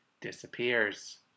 disappears